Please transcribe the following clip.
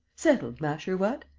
settled, masher, what?